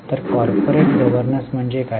तर corporate governance म्हणजे काय